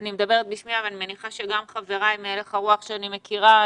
אני מדברת בשמי אבל אני מניחה שגם חבריי מהלך הרוח שאני מכירה